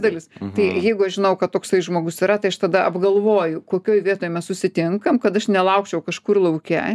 dalis tai jeigu aš žinau kad toksai žmogus yra tai aš tada apgalvoju kokioj vietoj mes susitinkam kad aš nelaukčiau kažkur lauke